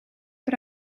but